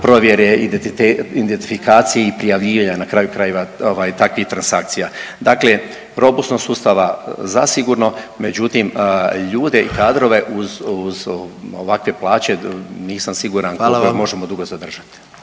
provjere identifikacije i prijavljivanja, na kraju krajeva, ovaj, takvih transakcija. Dakle, robusnost sustava zasigurno, međutim, ljude i kadrove uz ovakve plaće, nisam siguran koliko .../Upadica: